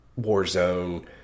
Warzone